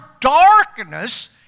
darkness